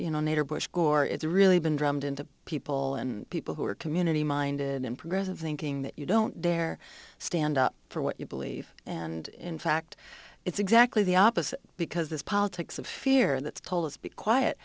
gore it's really been drummed into people and people who are community minded and progressive thinking that you don't dare stand up for what you believe and in fact it's exactly the opposite because this politics of fear that's told us be